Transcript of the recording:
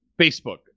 Facebook